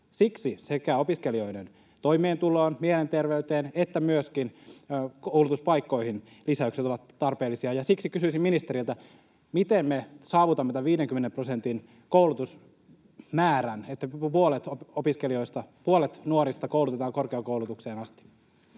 lisäykset sekä opiskelijoiden toimeentuloon, mielenterveyteen että myöskin koulutuspaikkoihin ovat tarpeellisia, ja siksi kysyisin ministeriltä: miten me saavutamme tämän 50 prosentin koulutusmäärän, että puolet opiskelijoista, puolet nuorista koulutetaan korkeakoulutukseen asti?